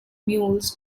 mules